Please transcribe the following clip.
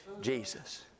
Jesus